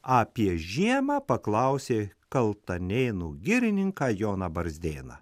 apie žiemą paklausė kaltanėnų girininką joną barzdėną